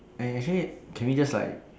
eh actually can we just like